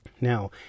Now